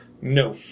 No